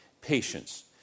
patience